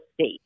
state